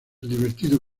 divertido